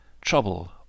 trouble